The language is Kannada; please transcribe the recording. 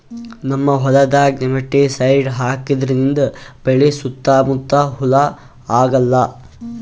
ನಮ್ಮ್ ಹೊಲ್ದಾಗ್ ನೆಮಟಿಸೈಡ್ ಹಾಕದ್ರಿಂದ್ ಬೆಳಿ ಸುತ್ತಾ ಮುತ್ತಾ ಹುಳಾ ಆಗಲ್ಲ